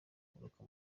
nturuka